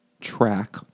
Track